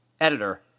editor